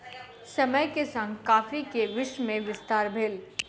समय के संग कॉफ़ी के विश्व में विस्तार भेल